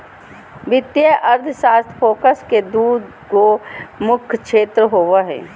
वित्तीय अर्थशास्त्र फोकस के दू गो मुख्य क्षेत्र होबो हइ